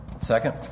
Second